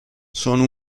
sono